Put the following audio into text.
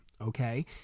okay